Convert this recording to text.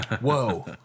Whoa